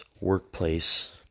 workplace